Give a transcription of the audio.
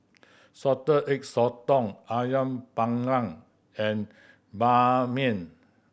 Salted Egg Sotong Ayam Panggang and mian